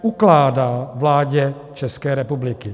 Ukládá vládě České republiky